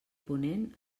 ponent